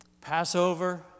Passover